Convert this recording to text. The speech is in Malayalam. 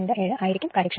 927 ആയിരിക്കും കാര്യക്ഷമത